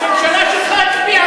הרי הקבינט שלכם הצביע בעד זה,